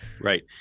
Right